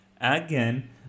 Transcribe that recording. again